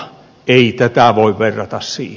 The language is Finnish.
ei tätä voi verrata siihen